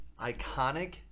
iconic